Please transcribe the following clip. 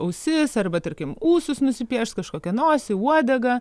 ausis arba tarkim ūsus nusipiešt kažkokią nosį uodegą